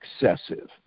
excessive